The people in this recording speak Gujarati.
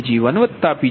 પરંતુ Pg1Pg2ત્યાં છે